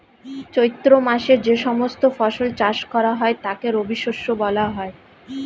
চৈত্র মাসে যে সমস্ত ফসল চাষ করা হয় তাকে রবিশস্য বলা হয়